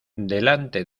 delante